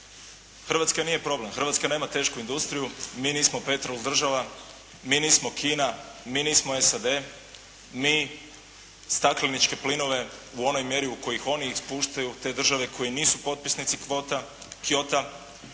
Hrvatska problem. Hrvatska nema tešku industriju. Mi nismo "petrol" država, mi nismo Kina, mi nismo SAD. Mi stakleničke plinove u onoj mjeri u kojoj ih oni ispuštaju te države koje nisu potpisnici Kyota, znači